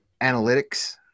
analytics